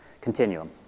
continuum